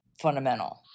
fundamental